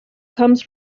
comes